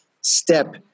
step